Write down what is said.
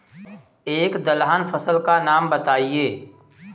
एक दलहन फसल का नाम बताइये